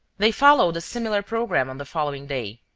they followed a similar programme on the following day.